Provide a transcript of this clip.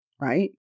right